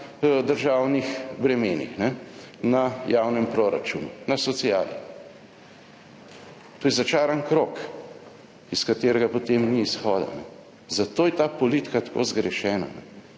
na državnih bremenih, na javnem proračunu, na sociali. To je začaran krog, iz katerega potem ni izhoda. Zato je ta politika tako zgrešena.